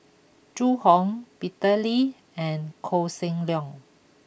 Zhu Hong Peter Lee and Koh Seng Leong